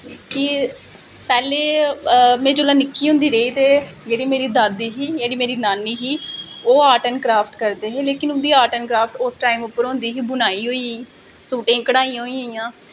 पैह्लें में जिसलै निक्की होंदी रेही ते जेह्ड़ा मेरी दादी ही जेह्ड़ी मेरी नानी ही ओह् आर्ट ऐंड़ क्राफ्ट करदी ही ते उस टाईम उप्पर होंदी ही बुनाई होई गेई सूटें दियां कड़ाहियां होई गेईयां